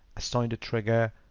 assigned a trigger,